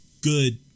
good